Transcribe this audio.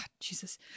Jesus